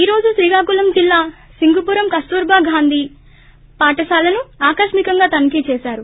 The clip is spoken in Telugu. ఈ రోజు శ్రీకాకుళం జిల్లా సింగుపురం కస్తూరిభా గాంధీ పాఠశాలను ఆకస్మికంగా తనిఖీ చేశారు